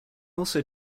also